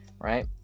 Right